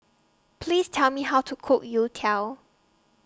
Please Tell Me How to Cook Youtiao